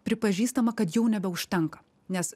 pripažįstama kad jau nebeužtenka nes